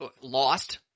lost